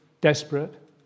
desperate